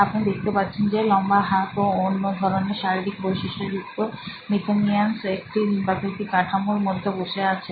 আপনি দেখতে পাচ্ছেন যে লম্বা হাত ও অন্য ধরনের শারীরিক বৈশিষ্ট্য যুক্ত মিথেনিয়ান্স একটি ডিম্বাকৃতি কাঠামোর মধ্যে বসে আছে